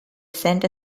sent